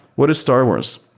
what is star wars?